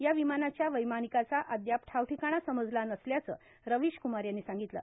या विमानाच्या वैमानिकाचा अद्याप ठावठिकाणा समजला नसल्याचं रविशक्मार यांनी सांगितलं